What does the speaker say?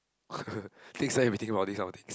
next time you'll be thinking about this kind of things